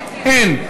אין.